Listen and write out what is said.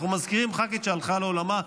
אנחנו מזכירים ח"כית שהלכה לעולמה.